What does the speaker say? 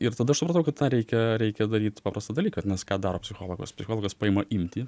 ir tada aš supratau kad tą reikia reikia daryt paprastą dalyką nes ką daro psichologas psichologas paima imtį